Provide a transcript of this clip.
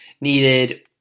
needed